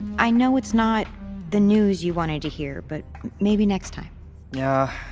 i know it's not the news you wanted to hear, but maybe next time yeah,